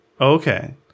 Okay